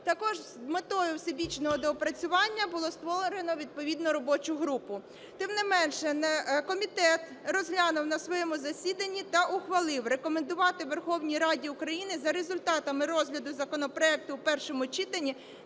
Також з метою всебічного доопрацювання було створено відповідну робочу групу. Тим не менше, комітет розглянув на своєму засіданні та ухвалив рекомендувати Верховній Раді України за результатами розгляду законопроекту в першому читанні